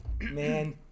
man